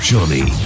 Johnny